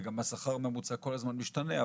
וגם השכר הממוצע כל הזמן משתנה.